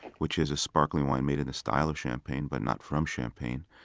which is a sparkling wine made in the style of champagne but not from champagne,